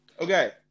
Okay